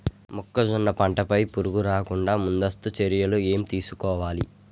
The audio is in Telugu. మొక్కజొన్న పంట పై పురుగు రాకుండా ముందస్తు చర్యలు ఏం తీసుకోవాలి?